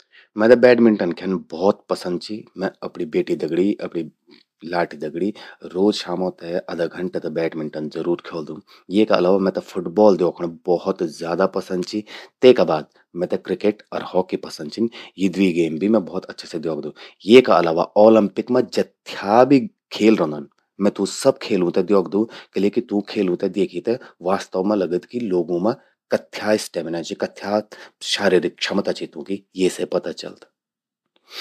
मेते बैडमिंटन ख्यन भौत पसंद चि। मैं अपणि ब्येटि दगड़ि, अपणि लाटि दगड़ि रोज शामो ते अधा घंटा त बैडमिंटन जरूर ख्योलदूं। येका अलावा मेते फुटबॉल द्योखण बहोत ज्यादा पसंद चि। तेका बाद मेते क्रिकेट अर हॉकी पसंद छिन। यी द्वी गेम भी मैं भौत अच्छा से द्योखदू। येका अलावा ओलंपिक मां जथ्या भि खेल रौंदन, मैं तूं सब खेलूं ते द्योखदू। किले कि तूं खेलों ते द्येखि ते वास्तव मां लगद कि लोगूं मां कथ्या स्टेमिना चि, कथ्या शारीरिक क्षमता चि तूंकि, येसे पता चल्द।